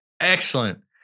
Excellent